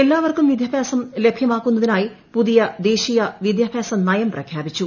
എല്ലാവർക്കും വിദ്യാഭ്യാസം ലഭ്യമാക്കുന്നതിനായി പുതിയ ദേശീയ വിദ്യാഭ്യാസ നയം പ്രഖ്യാപിച്ചു